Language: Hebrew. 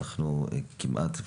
אנחנו כמעט מורגלים,